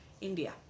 India